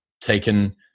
taken